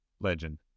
Legend